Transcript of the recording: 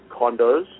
condos